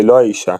ללא האישה,